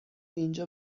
اینجا